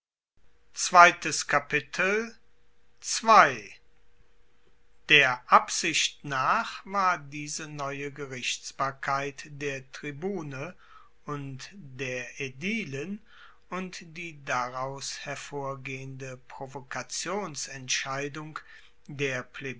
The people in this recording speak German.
der absicht nach war diese neue gerichtsbarkeit der tribune und der aedilen und die daraus hervorgehende provokationsentscheidung der